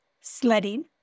sledding